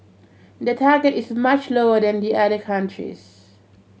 their target is much lower than the other countries